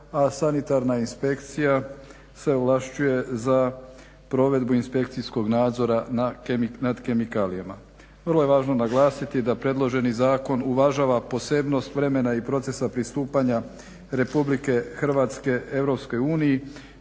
a sanitarna inspekcija se ovlašćuje za provedbu inspekcijskog nadzora nad kemikalijama. Vrlo je važno naglasiti da predloženi zakon uvažava posebnost vremena i procesa pristupanja Republike Hrvatske